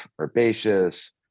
Herbaceous